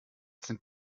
sind